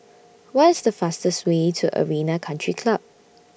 What IS The fastest Way to Arena Country Club